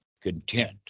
content